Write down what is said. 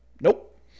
Nope